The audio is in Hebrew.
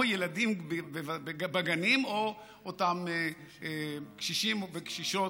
או ילדים בגנים או אותם קשישים וקשישות,